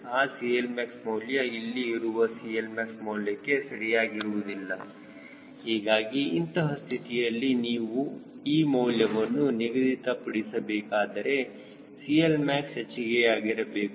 ಆ CLmax ಮೌಲ್ಯ ಇಲ್ಲಿ ಇರುವ CLmax ಮೌಲ್ಯಕ್ಕೆ ಸರಿಯಾಗಿರುವುದಿಲ್ಲ ಹೀಗಾಗಿ ಇಂತಹ ಸ್ಥಿತಿಯಲ್ಲಿ ನೀವು ಈ ಮೌಲ್ಯವನ್ನು ನಿಗದಿತ ಪಡಿಸಬೇಕಾದರೆ CLmax ಹೆಚ್ಚಿಗೆಯಾಗಿರಬೇಕು